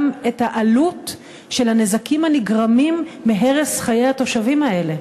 את העלות של הנזקים הנגרמים מהרס חיי התושבים האלה.